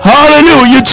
Hallelujah